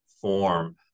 form